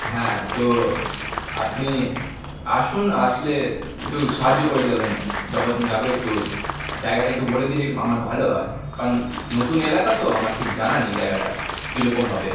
হ্যাঁ তো আপনি আসুন আসলে একটু সাহায্য করে দেবেন যখন যাবো একটু জায়গাটা একটু বলে দিলেই আমার ভালো হয় কারণ নতুন এলাকা তো আমার ঠিক জানা নেই জায়গাটা কীরকম হবে